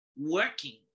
working